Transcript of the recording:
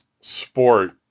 sport